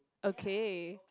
okay